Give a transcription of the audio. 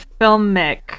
filmic